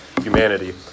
Humanity